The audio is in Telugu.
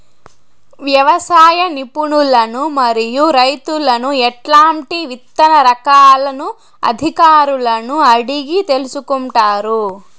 వ్యవసాయ నిపుణులను మరియు రైతులను ఎట్లాంటి విత్తన రకాలను అధికారులను అడిగి తెలుసుకొంటారు?